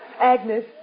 Agnes